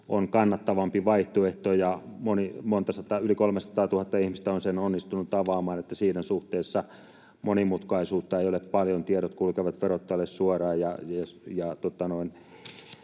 on kannattavampi vaihtoehto. Monta sataatuhatta, yli 300 000, ihmistä on sen onnistunut avaamaan, niin että siinä suhteessa monimutkaisuutta ei ole paljon. Tiedot kulkevat verottajalle suoraan,